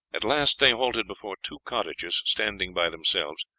at last they halted before two cottages standing by themselves,